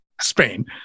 Spain